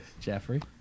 Jeffrey